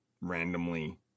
randomly